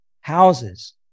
houses